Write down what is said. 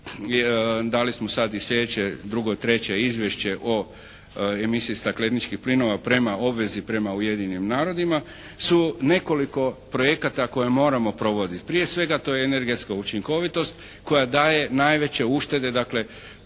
dali smo sad i sljedeće, drugo, treće izvješće o emisiji stakleničkih plinova prema obvezi, prema Ujedinjenim narodima su nekoliko projekata koje moramo provoditi. Prije svega to je energetska učinkovitost koja daje najveće uštede dakle